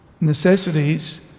necessities